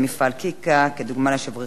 של העסקים בישראל והסכנה למאות עובדים.